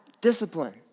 Discipline